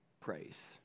praise